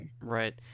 Right